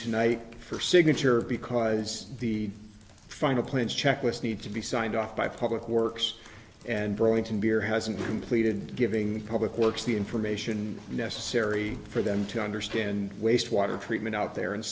tonight for signature because the final plans checklist need to be signed off by public works and burlington bere hasn't completed giving the public works the information necessary for them to understand wastewater treatment out there and